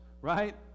right